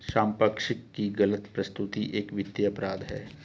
संपार्श्विक की गलत प्रस्तुति एक वित्तीय अपराध है